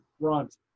front